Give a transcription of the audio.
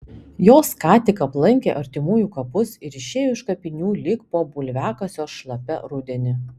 jos ką tik aplankė artimųjų kapus ir išėjo iš kapinių lyg po bulviakasio šlapią rudenį